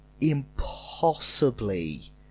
impossibly